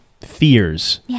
fears